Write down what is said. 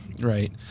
right